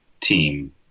team